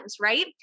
right